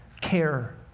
care